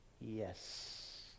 yes